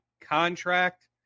contract